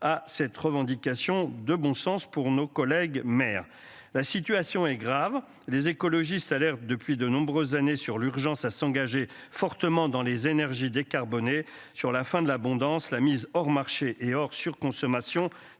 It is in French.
à cette revendication de bon sens pour nos collègues maires, la situation est grave. Les écologistes alertent depuis de nombreuses années sur l'urgence à s'engager fortement dans les énergies décarbonnées sur la fin de l'abondance, la mise hors marché et hors surconsommation